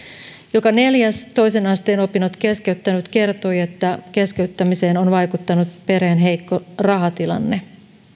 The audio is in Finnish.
joka neljäs toisen asteen opinnot keskeyttänyt kertoi että keskeyttämiseen on vaikuttanut perheen heikko rahatilanne